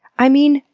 i mean,